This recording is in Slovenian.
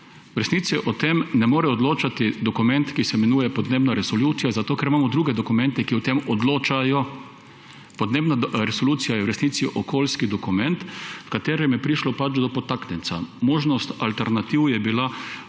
V resnici o tem ne more odločati dokument, ki se imenuje podnebna resolucija, zato ker imamo druge dokumente, ki o tem odločajo. Podnebna resolucija je v resnici okoljski dokument, v katerem je prišlo do podtaknjenca. Možnost alternativ je bila